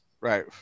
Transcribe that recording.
Right